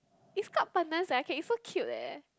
it's called pandan soya cake it's so cute leh